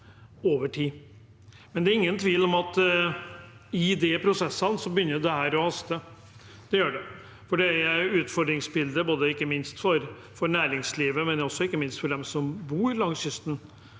tid. Det er ingen vil om at i de prosessene begynner dette å haste. Det gjør det. Det er et utfordringsbilde ikke minst for næringslivet, men også for dem som bor langs kysten